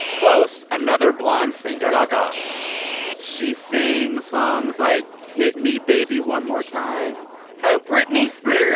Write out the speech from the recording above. close another blonde singer gaga she sings songs like hit me baby one more time oh, britney spears?